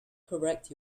correct